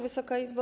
Wysoka Izbo!